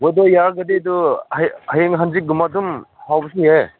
ꯌꯦꯗꯔ ꯌꯥꯔꯒꯗꯤ ꯑꯗꯨ ꯍꯌꯦꯡ ꯍꯪꯆꯤꯠꯀꯨꯝꯕ ꯑꯗꯨꯝ ꯍꯧꯕꯁꯨ ꯌꯥꯏ